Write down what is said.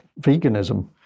veganism